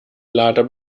lader